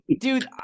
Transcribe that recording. Dude